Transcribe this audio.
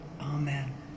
Amen